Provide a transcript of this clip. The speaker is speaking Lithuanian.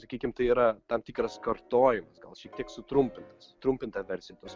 sakykim tai yra tam tikras kartojimas gal šiek tiek sutrumpintas trumpinta versija tos